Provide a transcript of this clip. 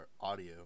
audio